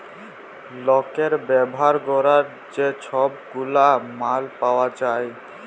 লকের ব্যাভার ক্যরার যে ছব গুলা মাল পাউয়া যায়